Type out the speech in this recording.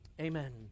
Amen